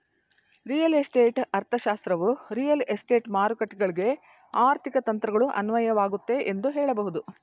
real estate ಅರ್ಥಶಾಸ್ತ್ರವು real estate ಮಾರುಕಟ್ಟೆಗಳ್ಗೆ ಆರ್ಥಿಕ ತಂತ್ರಗಳು ಅನ್ವಯವಾಗುತ್ತೆ ಎಂದು ಹೇಳಬಹುದು